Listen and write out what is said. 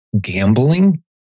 gambling